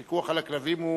הפיקוח על הכלבים הוא